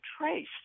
trace